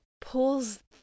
pulls